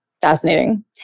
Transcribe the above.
fascinating